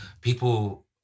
People